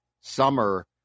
summer